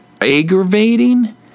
aggravating